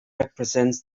represents